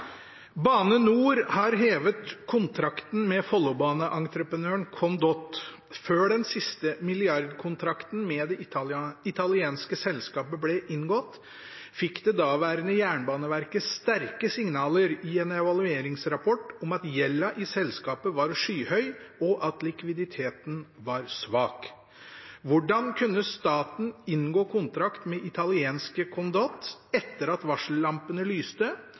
NOR har hevet kontrakten med Follobane-entreprenøren Condotte. Før den siste milliardkontrakten med det italienske selskapet ble inngått, fikk det daværende Jernbaneverket sterke signaler i en evalueringsrapport om at gjelda i selskapet var skyhøy, og at likviditeten var svak. Hvordan kunne staten inngå kontrakt med italienske Condotte etter at varsellampene lyste,